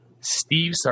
Steve